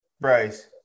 Bryce